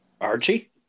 Archie